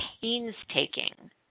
painstaking